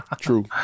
True